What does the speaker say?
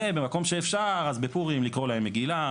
ובמקום שאפשר אז בפורים לקרוא להם מגילה,